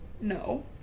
No